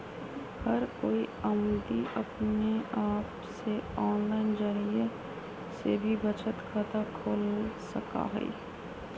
हर कोई अमदी अपने आप से आनलाइन जरिये से भी बचत खाता खोल सका हई